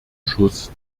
schuss